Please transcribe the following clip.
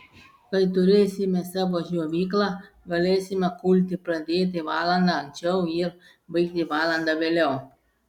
kai turėsime savą džiovyklą galėsime kulti pradėti valanda anksčiau ir baigti valanda vėliau